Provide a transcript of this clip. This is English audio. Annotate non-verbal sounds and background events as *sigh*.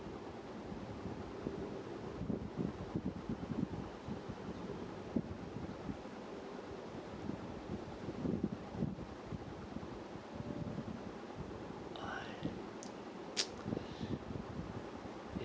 !hais! *noise* *breath*